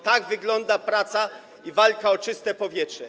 Tak wygląda praca i walka o czyste powietrze.